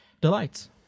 delights